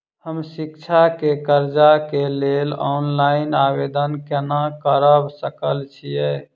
हम शिक्षा केँ कर्जा केँ लेल ऑनलाइन आवेदन केना करऽ सकल छीयै?